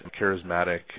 charismatic